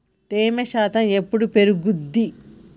తేమ శాతం ఎప్పుడు పెరుగుద్ది?